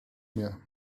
mehr